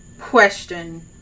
question